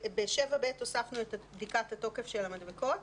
ב-7(ב) הוספנו את בדיקת התוקף של המדבקות.